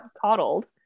coddled